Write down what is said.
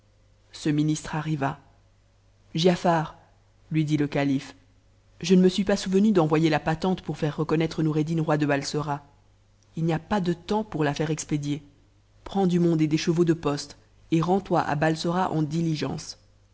ce ministre arriva giafar lui dit le calife je ne me suis pas souvenu d'envoyer la patente pour faire reconnaître noureddin roi dc balsora il n'y a pas de temps pour la faire expédier prends du monde et des chevaux de poste et rends-toi a balsora en diligence